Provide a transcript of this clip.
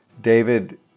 David